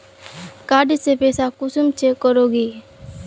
Card से पैसा कुंसम चेक करोगी?